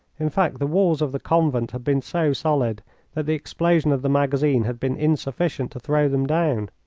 in fact, the walls of the convent had been so solid that the explosion of the magazine had been insufficient to throw them down.